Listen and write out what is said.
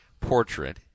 Portrait